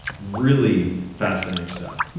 really fascinating stuff.